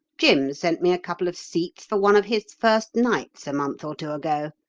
jim sent me a couple of seats for one of his first nights a month or two ago.